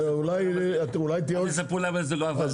אולי תהיה עוד --- אז יספרו לנו למה זה לא עבד.